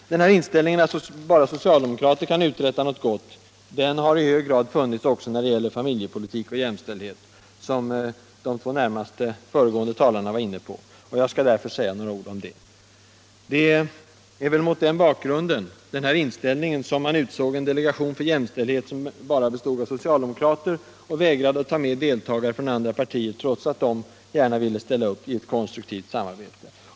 | Inställningen att bara socialdemokrater kan uträtta något gott har i hög grad funnits också när det gäller familjepolitik och jämställdhet, ämnen som de två närmast föregående talarna var inne på. Jag skall därför säga några ord om dem. Det var väl på grund av den inställningen man utsåg en delegation för jämställdhet med bara socialdemokrater och vägrade att ta med deltagare från andra partier, trots att de gärna ville ställa upp i ett konstruktivt samarbete.